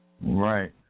Right